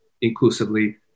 inclusively